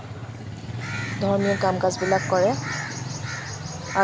ধৰ্মীয় কাম কাজবিলাক কৰে